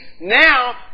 now